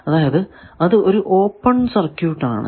അതായത് അത് ഒരു ഓപ്പൺ സർക്യൂട് ആണ്